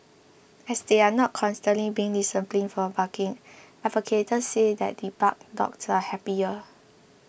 as they are not constantly being disciplined for barking advocates say that debarked dogs are happier